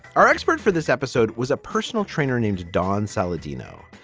our expert for this episode was a personal trainer named don saladino.